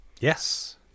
Yes